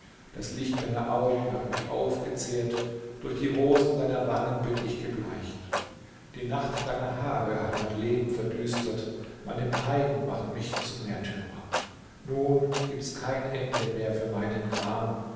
das licht deiner augen hat mich aufgezehrt durch die rosen deiner wangen bin ich gebleicht die nacht deiner haare hat mein leben verdüstert meine pein macht mich zum märtyrer nun gibt's kein ende mehr für meinen gram